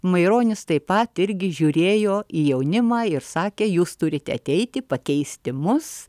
maironis taip pat irgi žiūrėjo į jaunimą ir sakė jūs turite ateiti pakeisti mus